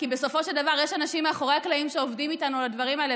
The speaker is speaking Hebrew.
כי בסופו של דבר יש אנשים מאחורי הקלעים שעובדים איתנו על הדברים האלה,